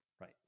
Right